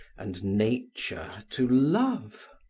and nature to love.